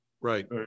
Right